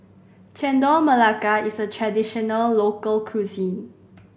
Chendol Melaka is a traditional local cuisine